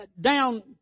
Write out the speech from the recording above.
down